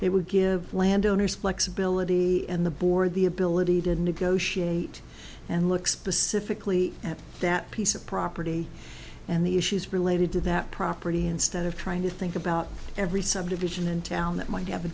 they would give landowners flexibility and the board the ability to negotiate and look specifically at that piece of property and the issues related to that property instead of trying to think about every subdivision in town that might have a